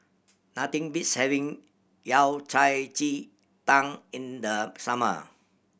nothing beats having Yao Cai ji tang in the summer